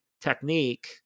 technique